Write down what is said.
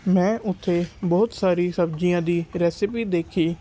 ਮੈਂ ਉੱਥੇ ਬਹੁਤ ਸਾਰੀ ਸਬਜ਼ੀਆਂ ਦੀ ਰੈਸਪੀ ਦੇਖੀ